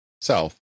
south